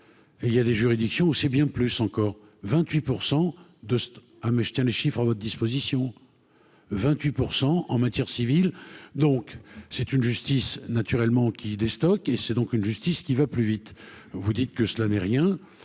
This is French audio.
il y a des juridictions où c'est bien plus encore 28 % de ah mais je tiens les chiffres à votre disposition 28 pour 100 en matière civile, donc c'est une justice naturellement qui des stocks et c'est donc une justice qui va plus vite, vous dites que cela n'est rien,